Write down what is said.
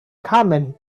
common